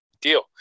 deal